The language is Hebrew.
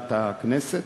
בתחילת הכנסת,